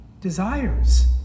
desires